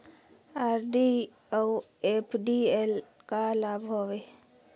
RD अऊ FD ल का लाभ हवे?